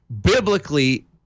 biblically